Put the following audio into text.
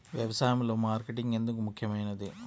వ్యసాయంలో మార్కెటింగ్ ఎందుకు ముఖ్యమైనది?